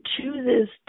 chooses